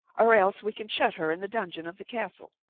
or else we can shut her in the dungeon of the castle.